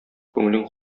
күңелең